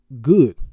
good